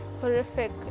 horrific